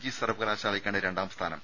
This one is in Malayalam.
ജി സർവകലാശാലക്കാണ് രണ്ടാംസ്ഥാനം